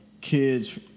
kids